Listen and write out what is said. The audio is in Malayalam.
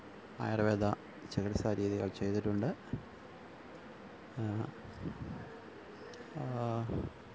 ആയുര്വേദ ചികിത്സാരീതികള് ചെയ്തിട്ടുണ്ട്